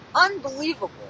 unbelievable